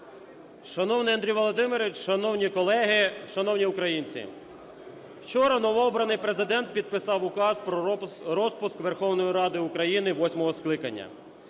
Шановний Андрій Володимирович, шановні колеги, шановні українці! Вчора новообраний Президент підписав Указ про розпуск Верховної Ради України восьмого скликання.